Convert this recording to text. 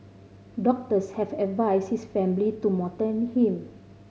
doctors have advised his family to him